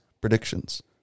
predictions